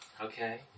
Okay